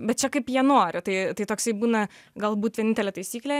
bet čia kaip jie nori tai tai toksai būna galbūt vienintelė taisyklė